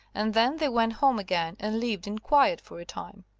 and then they went home again and lived in quiet for a time.